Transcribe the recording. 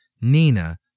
Nina